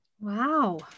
Wow